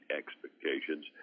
expectations